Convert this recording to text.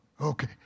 Okay